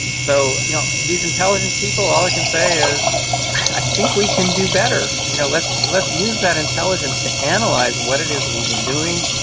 so you know these intelligent people, all i can say is i think we can do better. you know let's let's use that intelligence to and analyse what it is we've been doing,